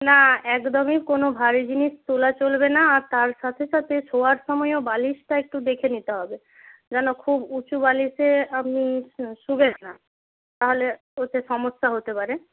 না একদমই কোনও ভারী জিনিস তোলা চলবে না আর তার সাথে সাথে শোওয়ার সময়ও বালিশটা একটু দেখে নিতে হবে যেন খুব উঁচু বালিশে আপনি শু শোবেন না তাহলে ওতে সমস্যা হতে পারে